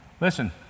Listen